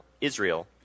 Israel